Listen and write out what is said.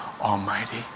almighty